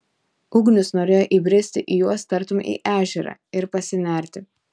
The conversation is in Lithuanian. ugnius norėjo įbristi į juos tartum į ežerą ir pasinerti